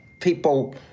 people